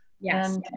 Yes